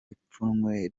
ipfunwe